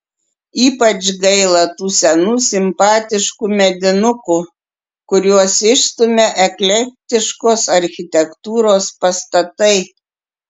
ypač gaila tų senų simpatiškų medinukų kuriuos išstumia eklektiškos architektūros pastatai